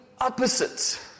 opposites